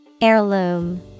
Heirloom